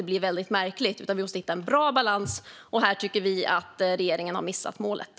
Det blir väldigt märkligt. Vi måste i stället hitta en bra balans, och här tycker vi att regeringen har missat målet.